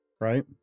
right